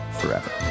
forever